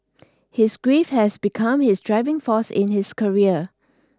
his grief has become his driving force in his career